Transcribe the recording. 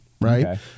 Right